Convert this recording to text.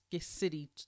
City